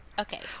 Okay